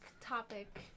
topic